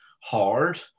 hard